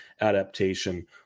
adaptation